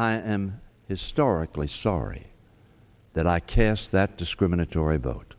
i am historically sorry that i cast that discriminatory vote